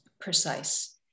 precise